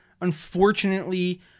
unfortunately